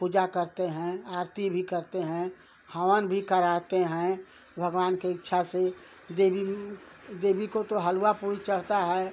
पूजा करते हैं आरती भी करते हैं हवन भी कराते हैं भगवान के इच्छा से देवी देवी को तो हलुआ पूड़ी चढ़ता है